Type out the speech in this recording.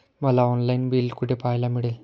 मला online bill कुठे पाहायला मिळेल?